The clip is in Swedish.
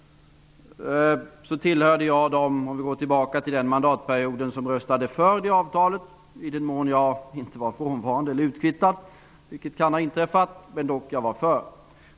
Jag tillhörde dem -- om vi går tillbaka till den förra mandatperioden -- som röstade för avtalet i den mån jag inte var frånvarande eller utkvittad; vilket kan ha inträffat.